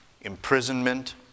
imprisonment